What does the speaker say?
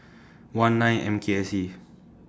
one nine M K S E